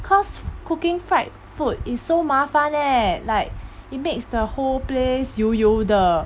cause cooking fried food is so 麻烦 leh like it makes the whole place 油油的